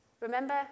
Remember